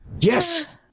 Yes